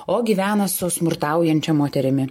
o gyvena su smurtaujančia moterimi